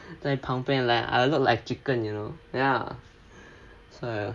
在旁边 like I look like chicken you know ya so